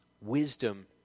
wisdom